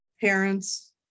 parents